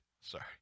sorry